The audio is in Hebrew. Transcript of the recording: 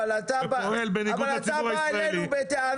אתה בא אלינו בטענות.